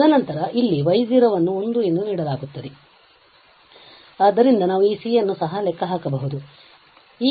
ತದನಂತರ ಇಲ್ಲಿ y ಅನ್ನು 1 ಎಂದು ನೀಡಲಾಗುತ್ತದೆ ಆದ್ದರಿಂದ ನಾವು ಈ c ಯನ್ನು ಸಹ ಲೆಕ್ಕಹಾಕಬಹುದು